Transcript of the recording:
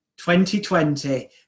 2020